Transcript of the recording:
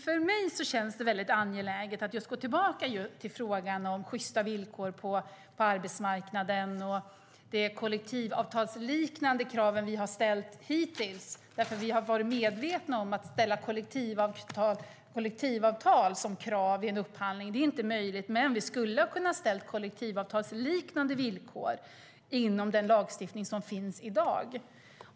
För mig känns det angeläget att gå tillbaka till frågan om sjysta villkor på arbetsmarknaden och de kollektivavtalsliknande krav som vi har ställt hittills. Vi har varit medvetna om att kollektivavtal som krav i en upphandling inte är möjligt, men vi skulle ha kunnat ställa kollektivavtalsliknande villkor inom den lagstiftning som finns i dag.